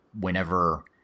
whenever